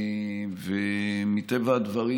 ומטבע הדברים,